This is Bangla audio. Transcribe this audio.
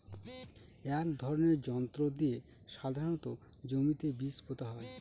এক ধরনের যন্ত্র দিয়ে সাধারণত জমিতে বীজ পোতা হয়